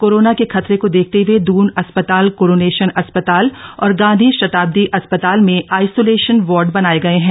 corona के खतरे को देखते हुए दून अस्पताल कोरोनेशन अस्पताल और गांधी शताब्दी अस्पताल में आइसोलेशन वार्ड बनाए गये है